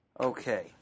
Okay